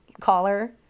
Collar